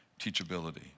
teachability